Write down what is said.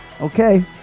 Okay